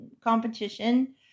competition